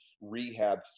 rehab